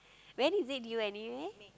when is it due anyway